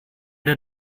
der